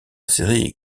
série